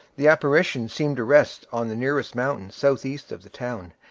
the apparition seemed to rest on the nearest mountain southeast of the town,